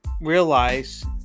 realize